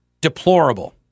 deplorable